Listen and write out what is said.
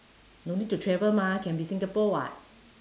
don't need to travel mah can be singapore [what]